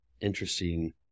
interesting